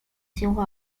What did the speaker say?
进化